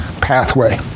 pathway